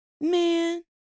man